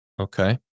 okay